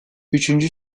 üçüncü